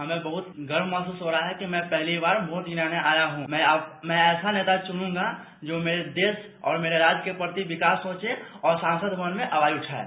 हमें बहुत गर्व महसूस हो रहा है कि मैं पहली बार वोट गिराने आया हुँ और मैं ऐसा नेता चुनूंगा जो मेरे देश और राज्य के प्रति विकास सोचे और संसद भवन में आवाज उठाये